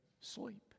sleep